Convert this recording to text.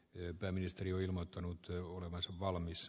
lyhentämistä jo ilmoittanut jo olevansa valmis